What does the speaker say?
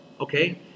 okay